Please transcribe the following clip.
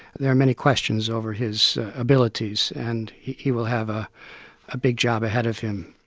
there are many questions over his abilities, and he he will have a a big job ahead of him.